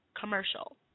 commercial